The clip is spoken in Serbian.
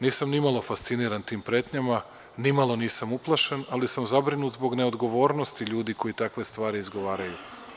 Nisam ni malo fasciniran tim pretnjama, nimalo nisam uplašen, ali sam zabrinut zbog neodgovornosti ljudi koji takve stvari izgovaraju.